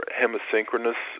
hemisynchronous